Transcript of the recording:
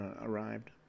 arrived